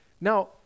Now